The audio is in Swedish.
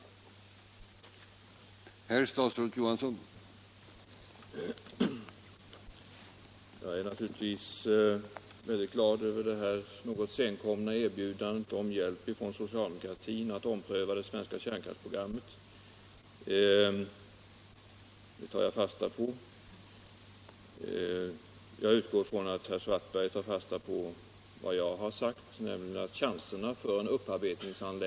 ningens område